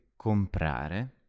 Comprare